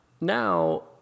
Now